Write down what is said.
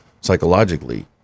psychologically